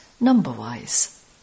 number-wise